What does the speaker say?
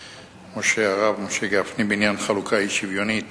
הרב משה גפני בעניין חלוקה אי-שוויונית